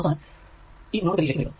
അവസാനം ഈ നോഡ് 3 ലേക്ക് വരിക